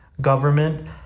government